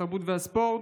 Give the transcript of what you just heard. התרבות והספורט.